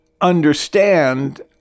understand